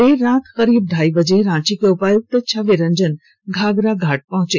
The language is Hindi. देर रात करीब ढाई बजे रांची के उपायुक्त छवि रंजन घाघरा घाट पहुंचे